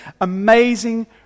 amazing